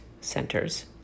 centers